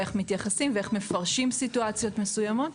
איך מתייחסים ואיך מפרשים סיטואציות מסוימות.